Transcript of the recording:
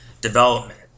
development